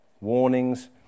Warnings